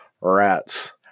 Rats